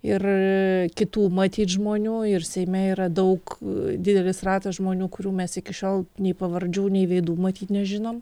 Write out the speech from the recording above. ir kitų matyt žmonių ir seime yra daug didelis ratas žmonių kurių mes iki šiol nei pavardžių nei veidų matyt nežinome